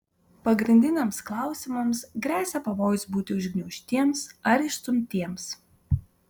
pagrindiniams klausimams gresia pavojus būti užgniaužtiems ar išstumtiems